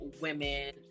women